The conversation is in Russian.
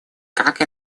как